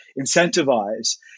incentivize